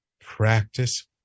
practice